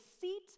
seat